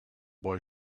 boy